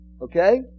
Okay